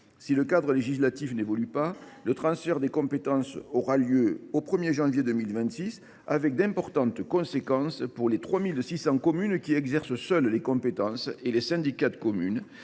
Si le cadre législatif n’évolue pas, le transfert des compétences aura lieu le 1 janvier 2026, avec d’importantes conséquences pour les 3 600 communes qui exercent seules les compétences et les syndicats de communes,